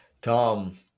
Tom